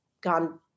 gone